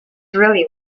really